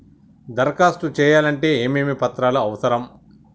దరఖాస్తు చేయాలంటే ఏమేమి పత్రాలు అవసరం?